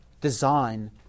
design